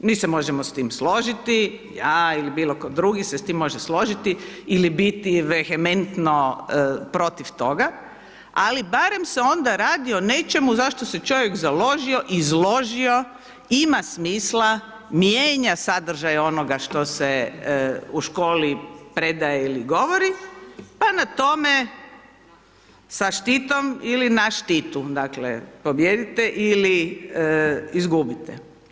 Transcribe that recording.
Mi se možemo s tim složiti, ja ili bilo tko drugi se sa time može složiti ili biti vehementno protiv toga ali barem se onda radi o nečemu za što se čovjek založio, izložio ima smisla, mijenja sadržaj onoga što se u školi predaje ili govori, pa na tome sa štitom ili na štitu, dakle pobijedite ili izgubite.